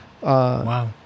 Wow